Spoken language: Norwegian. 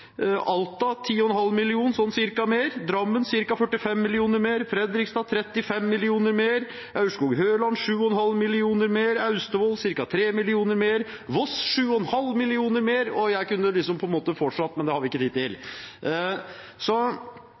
Alta ca. 10,5 mill. kr mer, Drammen ca. 45 mill. kr mer, Fredrikstad 35 mill. kr mer, Aurskog-Høland 7,5 mill. kr mer, Austevoll ca. 3 mill. kr mer, Voss 7,5 mill. kr mer – og jeg kunne ha fortsatt, men det har vi ikke tid til.